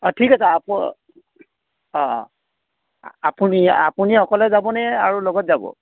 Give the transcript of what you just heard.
অঁ ঠিক আছে অঁ আপুনি অকলে যাব নে আৰু লগত যাব